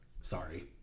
sorry